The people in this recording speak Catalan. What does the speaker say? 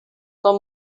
com